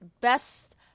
best